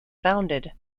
founded